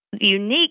Unique